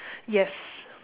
yes